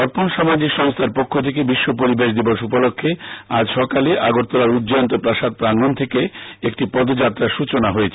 অর্পণ সামাজিক সংস্থার পক্ষ থেকে বিশ্ব পরিবেশ দিবস উপলক্ষ্যে আজ সকালে আগরতলার উজ্জয়ন্ত প্রাসাদ প্রাঙ্গণ থেকে একটি পদযাত্রার সচনা হয়েছে